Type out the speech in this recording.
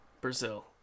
Brazil